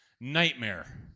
nightmare